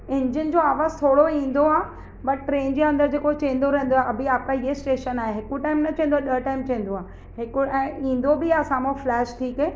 engine जो आवाज़ु थोरो ईंदो आहे बट ट्रेन जे अंदरि जेको चवंदो रहंदो आहे अभी आपका ये स्टेशन आया है हिकु टाइम न चवंदो आहे ॾह टाइम चवंदो आहे हिक ऐं ईंदो बि आहे साम्हूं फ्लेश थी की